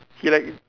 he like